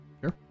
Sure